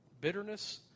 Bitterness